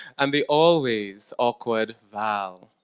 and the always awkward val.